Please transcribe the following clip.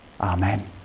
Amen